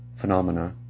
phenomena